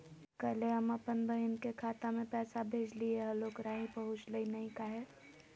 कल्हे हम अपन बहिन के खाता में पैसा भेजलिए हल, ओकरा ही पहुँचलई नई काहे?